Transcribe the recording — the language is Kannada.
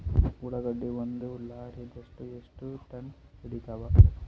ಉಳ್ಳಾಗಡ್ಡಿ ಒಂದ ಲಾರಿದಾಗ ಎಷ್ಟ ಟನ್ ಹಿಡಿತ್ತಾವ?